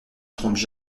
trompent